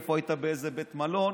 איפה היית באיזה בית מלון.